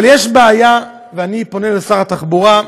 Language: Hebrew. אבל יש בעיה, ואני פונה לשר התחבורה,